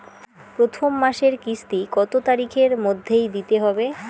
প্রথম মাসের কিস্তি কত তারিখের মধ্যেই দিতে হবে?